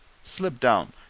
slip down,